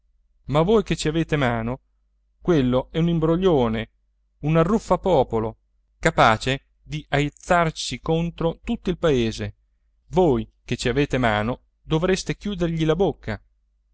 giustizia voi che ci avete mano quello è un imbroglione un arruffapopolo capace di aizzarci contro tutto il paese voi che ci avete mano dovreste chiudergli la bocca